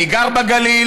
אני גר בגליל,